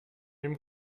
dem